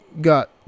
got